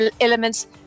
elements